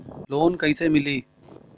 Loan कईसे मिली?